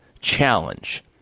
challenge